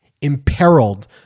imperiled